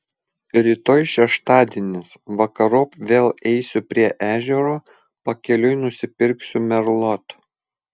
rytoj šeštadienis vakarop vėl eisiu prie ežero pakeliui nusipirksiu merlot